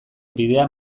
bidea